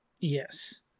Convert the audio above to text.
yes